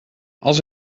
als